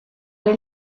che